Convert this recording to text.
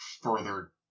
further